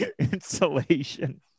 insulation